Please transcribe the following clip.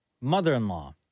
mother-in-law